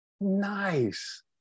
Nice